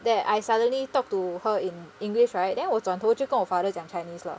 that I suddenly talk to her in english right then 我转头就跟我 father 讲 chinese 了